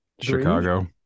Chicago